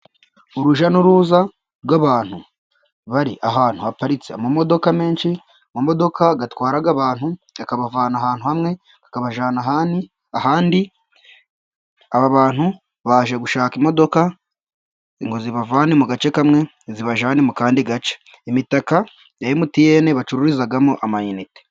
Urujya n'uruza rw'abantu bari ahantu haparitse amamodoka menshi. Amodoka atwara abantu, akabavana ahantu hamwe akabajyana ahandi. Aba bantu baje gushaka imodoka, ngo zibavane mu gace kamwe zibajyane mu kandi gace. Imitaka ya MTN bacururizamo amayinite.